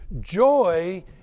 Joy